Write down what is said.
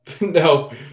no